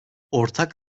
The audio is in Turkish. ortak